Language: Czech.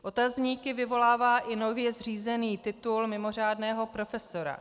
Otazníky vyvolává i nově zřízený titul mimořádného profesora.